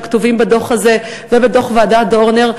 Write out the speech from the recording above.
שכתובים בדוח הזה ובדוח ועדת דורנר,